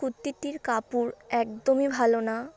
কুর্তিটির কাপড় একদমই ভালো না